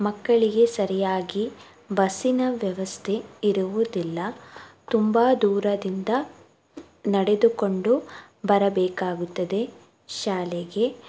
ಮಕ್ಕಳಿಗೆ ಸರಿಯಾಗಿ ಬಸ್ಸಿನ ವ್ಯವಸ್ಥೆ ಇರುವುದಿಲ್ಲ ತುಂಬ ದೂರದಿಂದ ನಡೆದುಕೊಂಡು ಬರಬೇಕಾಗುತ್ತದೆ ಶಾಲೆಗೆ